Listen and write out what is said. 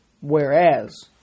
Whereas